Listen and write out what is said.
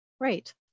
Right